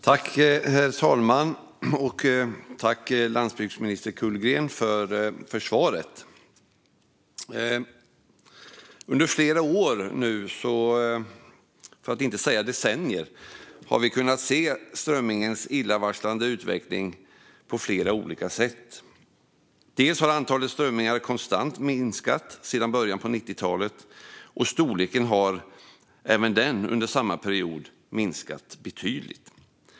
Herr talman! Jag tackar landsbygdsminister Kullgren för svaret. Under flera år, för att inte säga decennier, har vi kunnat se strömmingens illavarslande utveckling på flera olika sätt. Dels har antalet strömmingar konstant minskat sedan början av 90-talet, dels har under samma period storleken minskat betydligt.